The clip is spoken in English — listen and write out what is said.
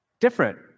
different